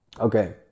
Okay